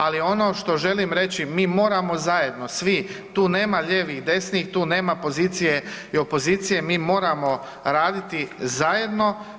Ali ono što želim reći, mi moramo zajedno svi, tu nema lijevih i desnih, tu nema pozicije i opozicije, mi moramo raditi zajedno.